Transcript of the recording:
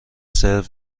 سرو